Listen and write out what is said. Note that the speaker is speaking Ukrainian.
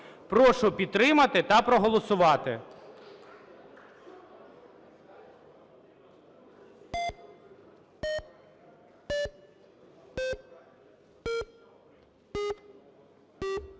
Прошу підтримати та проголосувати.